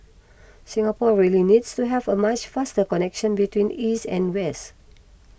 Singapore really needs to have a much faster connection between east and west